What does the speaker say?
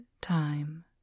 time